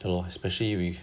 ya lor especially with